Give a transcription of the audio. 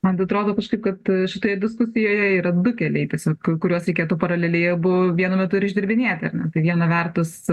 man atrodo kažkaip kad šitoje diskusijoje yra du keliai tiesiog kuriuos reikėtų paraleliai abu vienu metu ir išdirbinėti ar ne tai viena vertus